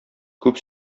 күп